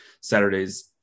Saturday's